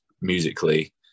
musically